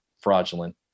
fraudulent